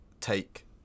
take